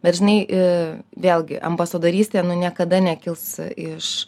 bet žinai iii vėlgi ambasadorystė niekada nekils iš